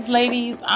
ladies